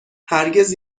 هرگز